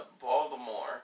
Baltimore